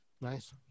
Nice